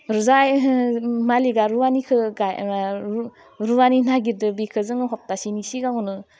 जाय हो मालिकआ रुवानिखौ गाइया रुवानि नागिरदो बिखौ जोङो सप्तासेनि सिगाङावनो